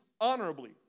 honorably